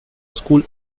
school